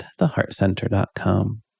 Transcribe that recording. theheartcenter.com